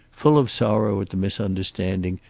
full of sorrow at the misunderstanding,